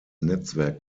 netzwerk